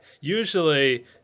usually